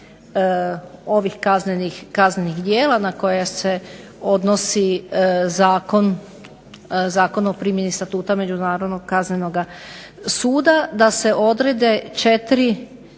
ovih kaznenih djela na koja se odnosi Zakon o primjeni statuta Međunarodnog kaznenog suda da se odrede 4